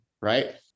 Right